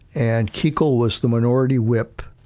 and kuchel was the minority whip.